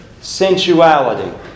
sensuality